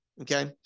Okay